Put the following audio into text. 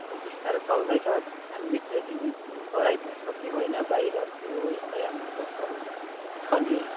अब बिस्तारै चल्दैछ हामीले ट्रेकिङ गराइ पनि सक्यौँ होइन बाहिरको यतै हाम्रो लोकल छ नि